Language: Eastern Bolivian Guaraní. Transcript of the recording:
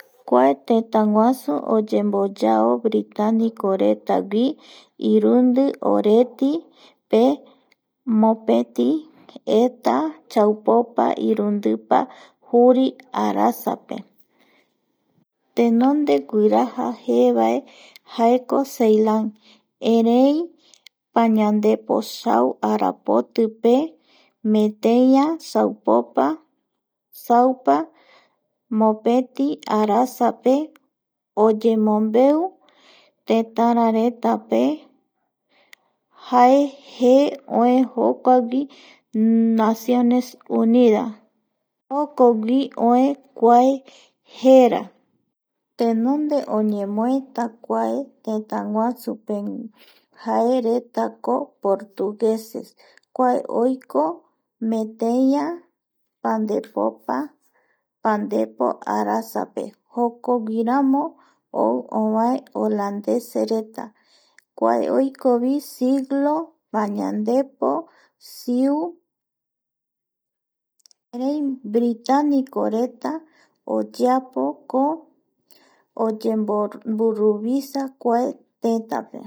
Kua tëtäguasu oyemboyao britanicoretagui irundi oretipe mopetieta chupopa irundipa juri arasape tenonde guirajavae jaeko seilan erei jaeko pañandepo sau arapotipe meteia saupopa saupa mopetii arasape oyemombeu tetararetape jae jee oe jokuegui Nacione Unidajo kuaegui oe kue jera tenonde eoñemoeta kua tetaguasupevae jae retako portugueses kuae oiko meteia pandepopa pandepo arasape jokoguiramo oeu ovae holandesereta kuae oikovi siglo pañandepo siu erei britanicoreta oyeapoko oyemo mburuvisa kuae tëtäpe